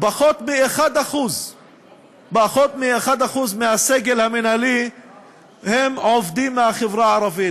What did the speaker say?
פחות מ-1% מהסגל המינהלי הם עובדים מהחברה הערבית.